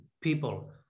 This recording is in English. people